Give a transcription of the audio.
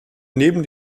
neben